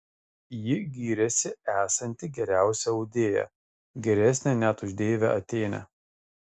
ji gyrėsi esanti geriausia audėja geresnė net už deivę atėnę